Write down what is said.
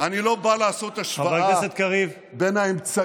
אני לא בא לעשות השוואה בין האמצעים,